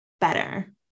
better